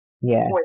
Yes